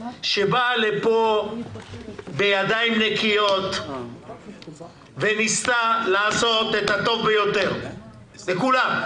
שבאה לפה בידיים נקיות וניסתה לעשות את הטוב ביותר לכולם,